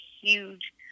huge